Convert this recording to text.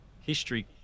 history